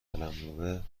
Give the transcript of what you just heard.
قلمروه